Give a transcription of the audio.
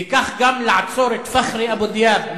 וכך גם לעצור את פח'רי אבו דיאב,